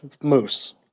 Moose